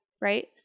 right